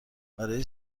برای